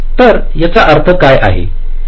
तर याचा अर्थ काय आहे